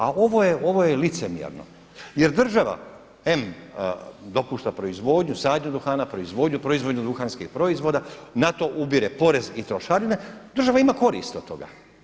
A ovo je licemjerno jer država em dopušta proizvodnju, sadnju duhana, proizvodnju, proizvodnju duhanskih proizvoda na to ubire porez i trošarine, država ima korist od toga.